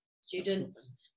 students